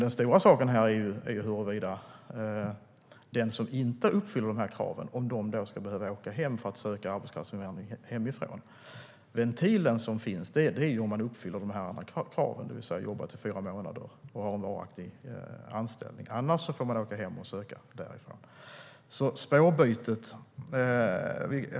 Den stora saken här är ju huruvida den som inte uppfyller kraven ska behöva åka hem för att söka från hemlandet. Den ventil som finns är att man uppfyller kraven på att ha jobbat i fyra månader och har en varaktig anställning. Annars får man åka hem och söka därifrån.